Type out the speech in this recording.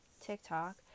TikTok